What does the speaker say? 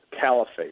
caliphate